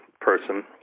person